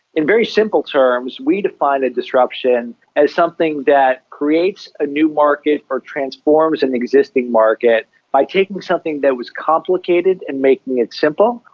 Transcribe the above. in very simple terms we define disruption as something that creates a new market or transforms an existing market by taking something that was complicated and making it simple,